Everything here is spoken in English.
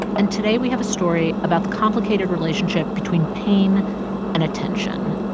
and today we have a story about the complicated relationship between pain and attention.